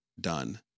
done